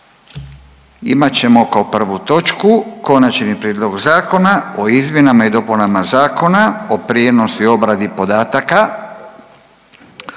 imat ćemo kao prvu točku Konačni prijedlog zakona o izmjenama i dopunama Zakona o prijenosu i obradi podataka